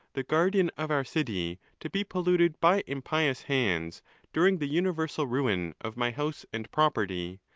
the guardian of our city, to be polluted by impious hands during the uni versal ruin of my house and property,